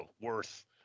worth